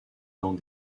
dans